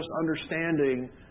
understanding